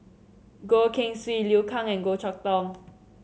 Goh Keng Swee Liu Kang and Goh Chok Tong